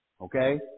Okay